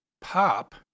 Pop